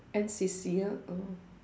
N_C_C ah oh